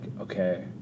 okay